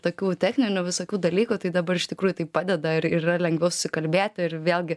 tokių techninių visokių dalykų tai dabar iš tikrųjų tai padeda ir yra lengviau susikalbėti ir vėlgi